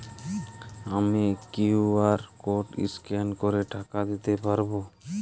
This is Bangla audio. আমি কিউ.আর কোড স্ক্যান করে টাকা দিতে পারবো?